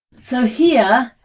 so here.